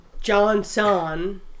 Johnson